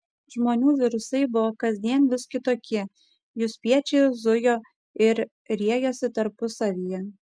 žmonių virusai buvo kasdien vis kitokie jų spiečiai zujo ir riejosi tarpusavyje